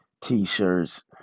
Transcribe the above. t-shirts